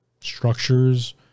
structures